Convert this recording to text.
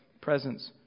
presence